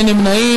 אין נמנעים.